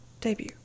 Debut